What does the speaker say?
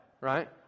right